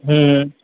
હં